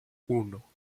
uno